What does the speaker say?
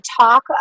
talk